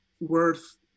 worth